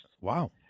Wow